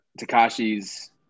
Takashi's